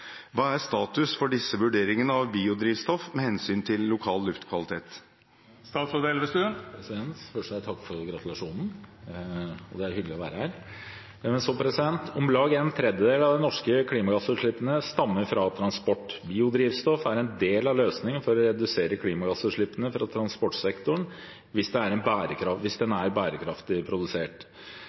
Hva er status for disse vurderingene av biodrivstoff med hensyn til lokal luftkvalitet?» Først vil jeg takke for gratulasjonen. Det er hyggelig å være her. Om lag én tredjedel av de norske klimagassutslippene stammer fra transport. Biodrivstoff er en del av løsningen for å redusere klimagassutslippene fra transportsektoren hvis den er bærekraftig produsert. Selv om luftkvaliteten i Norge har blitt bedre over tid, er